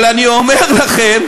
אבל אני אומר לכם,